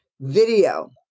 video